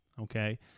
Okay